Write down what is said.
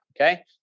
Okay